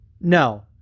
No